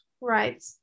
right